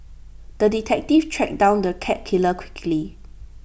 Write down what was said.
the detective tracked down the cat killer quickly